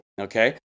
Okay